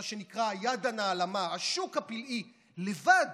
מה שנקרא היד הנעלמה, השוק הפלאי, לבד